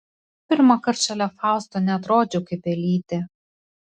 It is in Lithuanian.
pirmąkart šalia fausto neatrodžiau kaip pelytė